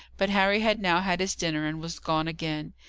but harry had now had his dinner and was gone again.